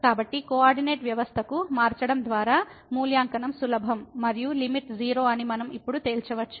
కాబట్టి కోఆర్డినేట్ వ్యవస్థకు మార్చడం ద్వారా మూల్యాంకనం సులభం మరియు లిమిట్ 0 అని మనం ఇప్పుడు తేల్చవచ్చు